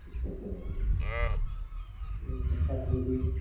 গতিকে এতিয়া চেষ্টা কৰিব লাগিব